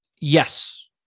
Yes